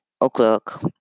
o'clock